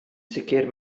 sicr